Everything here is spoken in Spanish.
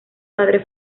padre